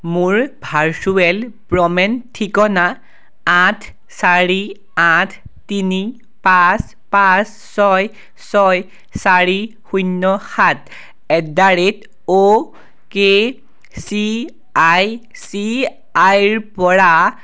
মোৰ virtual payment ঠিকনা আঠ চাৰি আঠ তিনি পাঁচ পাঁচ ছয় ছয় চাৰি শূন্য সাত at the rate O K C I C I ৰপৰা